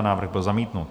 Návrh byl zamítnut.